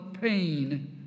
pain